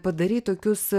padarei tokius